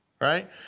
Right